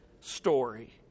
story